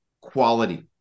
quality